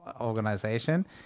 organization